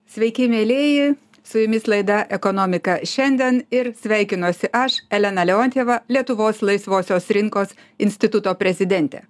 sveiki mielieji su jumis laida ekonomika šiandien ir sveikinuosi aš elena leontjeva lietuvos laisvosios rinkos instituto prezidentė